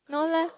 no lah